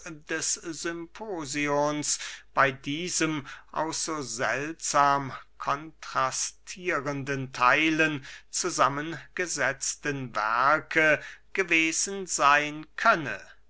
des symposion bey diesem aus so seltsam kontrastierenden theilen zusammengesetzten werke gewesen seyn könne